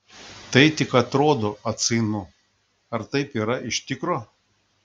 tai tik atrodo atsainu ar taip yra iš tikro